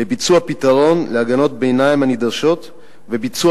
לביצוע פתרון להגנות הביניים הנדרשות וביצוע